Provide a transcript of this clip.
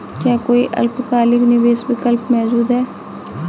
क्या कोई अल्पकालिक निवेश विकल्प मौजूद है?